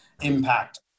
impact